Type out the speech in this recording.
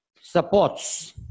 supports